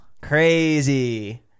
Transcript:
Crazy